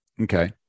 Okay